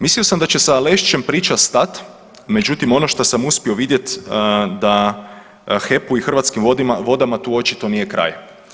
Mislio sam da će sa Lešćem priča stati, međutim ono što sam uspio vidjeti da HEP-u i Hrvatskim vodama tu očito nije kraj.